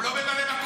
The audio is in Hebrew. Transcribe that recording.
הוא לא ממלא מקום.